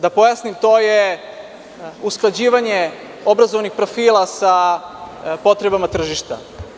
Da pojasnim, to je usklađivanje obrazovanih profila sa potrebama tržišta.